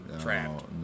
trapped